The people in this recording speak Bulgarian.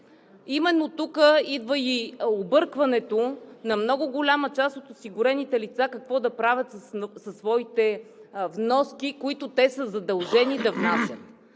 Именно тук идва и объркването на много голяма част от осигурените лица какво да правят със своите вноски, които те са задължени да внасят.